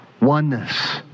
Oneness